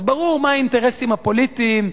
ברור מה האינטרסים הפוליטיים,